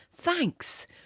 thanks